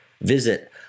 Visit